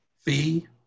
fee